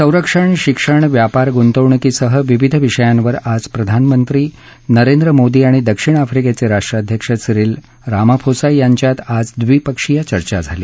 संरक्षण शिक्षण व्यापार गुंतवणूकीसह विविध विषयांवर आज प्रधानमंत्री नरेंद्र मोदी आणि दक्षिण आफ्रिकेचे राष्ट्राध्यक्ष सीरिल रामाफोसा यांच्यात आज द्विपक्षीय चर्चा झाली